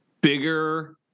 bigger